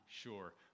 sure